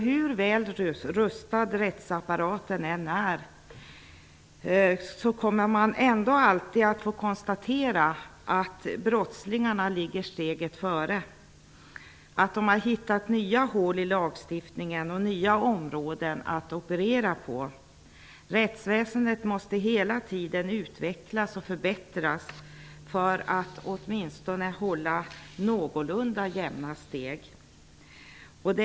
Hur väl rustad rättsapparaten än är kommer man ändå alltid att få konstatera att brottslingarna ligger steget före. De har hittat nya hål i lagstiftningen och nya områden att operera på. Rättsväsendet måste hela tiden utvecklas och förbättras för att åtminstone hålla någorlunda jämna steg med brottsligheten.